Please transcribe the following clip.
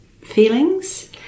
feelings